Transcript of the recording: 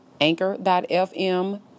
Anchor.fm